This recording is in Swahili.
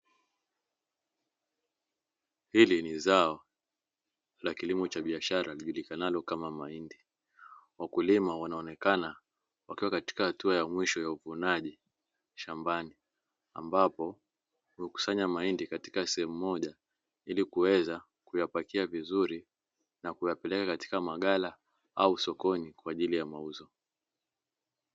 Hili ni zao la kilimo cha biashara lijulikanalo kama mahindi wakulima wanaonekana wakiwa katika hatua ya mwisho ya uvunaji shambani, ambapo hukusanya mahindi katika sehemu moja ili kuweza kuyapakia vizuri na kuyapeleka katika maghala au sokoni kwa ajili ya mauzo.